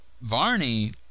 varney